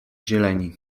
zieleni